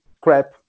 crap